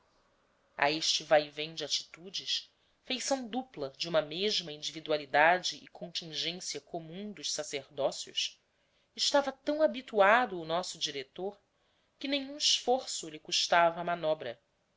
a este vaivém de atitudes feição dupla de uma mesma individualidade e contingência comum dos sacerdócios estava tão habituado o nosso diretor que nenhum esforço lhe custava a manobra